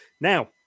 Now